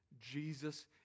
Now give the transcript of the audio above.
Jesus